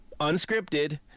Unscripted